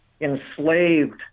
enslaved